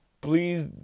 please